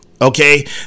Okay